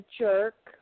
jerk